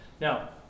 Now